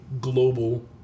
global